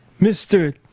Mr